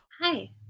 Hi